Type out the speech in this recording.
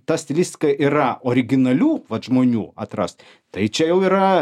tas viską yra originalių vat žmonių atrast tai čia jau yra